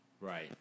Right